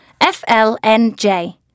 FLNJ